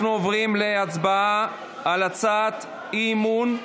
אנחנו עוברים להצבעה על הצעות האי-אמון.